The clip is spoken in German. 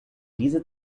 diese